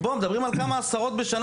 מדברים על כמה עשרות בשנה